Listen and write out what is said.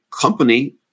company